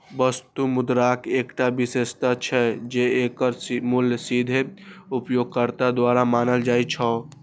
वस्तु मुद्राक एकटा विशेषता छै, जे एकर मूल्य सीधे उपयोगकर्ता द्वारा मानल जाइ छै